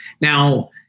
Now